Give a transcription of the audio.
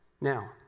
Now